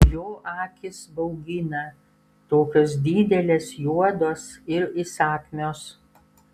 jo akys baugina tokios didelės juodos ir įsakmios